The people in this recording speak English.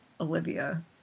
Olivia